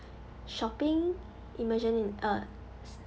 shopping immersion uh